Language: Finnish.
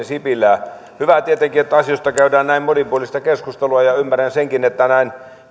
sipilää hyvä tietenkin että asioista käydään näin monipuolista keskustelua ja ymmärrän senkin että näin